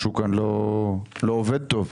משהו כאן לא עובד טוב.